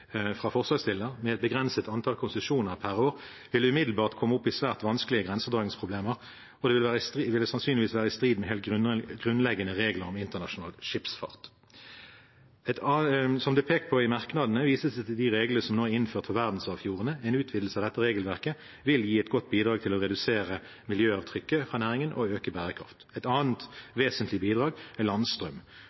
fra forslagsstillerne, med et begrenset antall konsesjoner per år, vil umiddelbart komme opp i svært vanskelige grensedragningsproblemer, og det ville sannsynligvis være i strid med helt grunnleggende regler om internasjonal skipsfart. Som det er pekt på i merknadene, vises det til de reglene som nå er innført for verdensarvfjordene. En utvidelse av dette regelverket vil gi et godt bidrag til å redusere miljøavtrykket fra næringen og øke bærekraften. Et annet vesentlig bidrag er landstrøm.